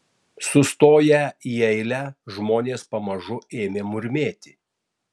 sustoję į eilę žmonės pamažu ėmė murmėti